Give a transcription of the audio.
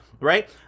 right